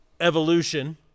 Evolution